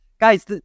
guys